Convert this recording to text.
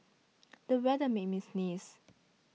the weather made me sneeze